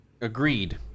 Agreed